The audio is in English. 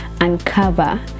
uncover